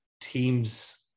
teams